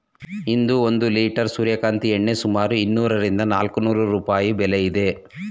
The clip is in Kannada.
ಇಂದು ಒಂದು ಲಿಟರ್ ಸೂರ್ಯಕಾಂತಿ ಎಣ್ಣೆ ಸುಮಾರು ಇನ್ನೂರರಿಂದ ನಾಲ್ಕುನೂರು ರೂಪಾಯಿ ಬೆಲೆ ಇದೆ